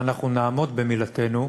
ואנחנו נעמוד במילתנו,